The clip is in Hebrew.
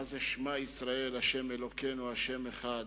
מה זה "שמע ישראל ה' אלוקינו ה' אחד"?